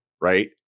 right